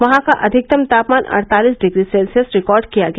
वहां अधिकतम तापमान अड़तालिस डिग्री सेल्सियस रिकार्ड किया गया